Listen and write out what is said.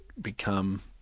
become